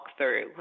walkthrough